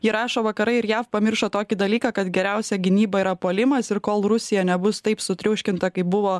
ji rašo vakarai ir jav pamiršo tokį dalyką kad geriausia gynyba yra puolimas ir kol rusija nebus taip sutriuškinta kaip buvo